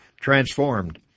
transformed